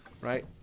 right